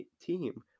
team